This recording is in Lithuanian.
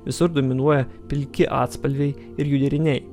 visur dominuoja pilki atspalviai ir jų deriniai